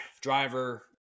driver